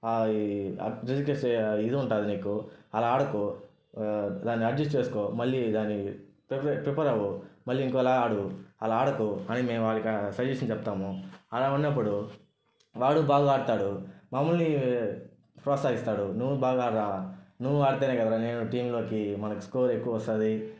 reject చేసే అది ఉంటుంది నీకు అలా ఆడకు దాన్ని అడ్జస్ట్ చేసుకో మళ్లీ దాన్ని ప్రిపేర్ ప్రిపేర్ అవ్వు మళ్ళీ ఇంకోలా ఆడు అలా ఆడుకో అని మేము వాళ్ళకి సజెక్షన్ చెప్తాము అలా ఉన్నప్పుడు వాడు బాగా ఆడుతాడు మమ్మల్ని ప్రోత్సహిస్తాడు నువ్వు బాగా ఆడరా నువ్వు ఆడితేనే కదరా నేను టీంలోకి మన స్కోర్ ఎక్కువ వస్తుంది